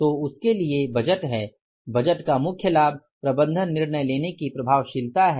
तो उसके लिए बजट है बजट का मुख्य लाभ प्रबंधन निर्णय लेने की प्रभावशीलता है